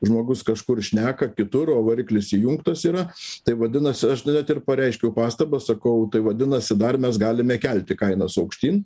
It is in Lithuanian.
žmogus kažkur šneką kitur o variklis įjungtas yra tai vadinasi aš net ir pareiškiau pastabą sakau tai vadinasi dar mes galime kelti kainas aukštyn